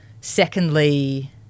Secondly